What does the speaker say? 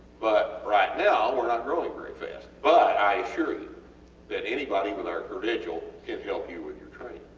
but right now were not growing very fast but i assure you that anybody with our credential can help you with your training,